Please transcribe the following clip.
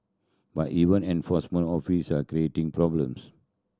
but even enforcement officer are creating problems